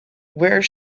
where